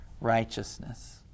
righteousness